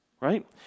right